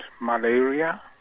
malaria